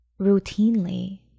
routinely